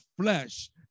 flesh